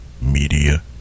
Media